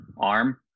arm